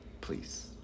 please